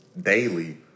daily